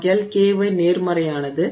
ஆகையால் ky நேர்மறையானது